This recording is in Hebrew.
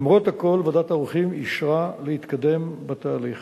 למרות הכול, ועדת העורכים אישרה להתקדם בתהליך.